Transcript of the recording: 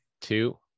two